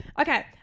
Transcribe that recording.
Okay